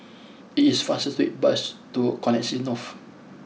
it is faster to take the bus to Connexis North